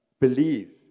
Believe